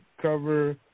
cover